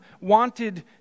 wanted